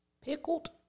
Pickled